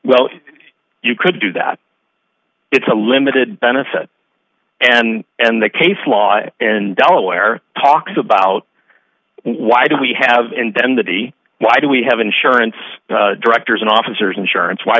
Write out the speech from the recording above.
well you could do that it's a limited benefit and and the case law and delaware talks about why do we have and then the the why do we have insurance directors and officers insurance why